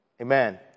amen